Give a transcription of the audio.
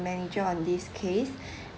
manager on this case